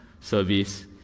service